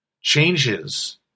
changes